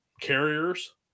carriers